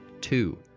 two